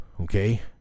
Okay